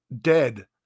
dead